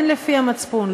כן לפי המצפון,